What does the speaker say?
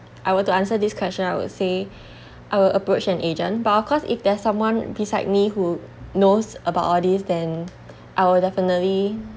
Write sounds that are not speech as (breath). I were to answer this question I would say (breath) I would approach an agent but of course if there's someone beside me who knows about all these then I'll definitely